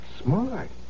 smart